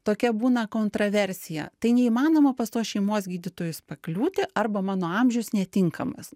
tokia būna kontraversija tai neįmanoma pas tuos šeimos gydytojus pakliūti arba mano amžius netinkamas